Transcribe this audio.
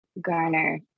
garner